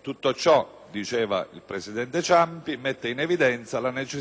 Tutto ciò» diceva il presidente Ciampi «mette in evidenza la necessità che il Governo,